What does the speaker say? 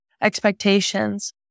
expectations